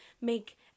make